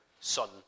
son